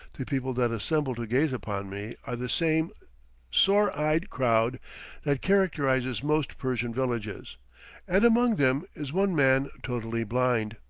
the people that assemble to gaze upon me are the same sore-eyed crowd that characterizes most persian villages and among them is one man totally blind.